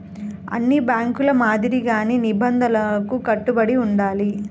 అన్ని బ్యేంకుల మాదిరిగానే నిబంధనలకు కట్టుబడి ఉండాలి